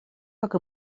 как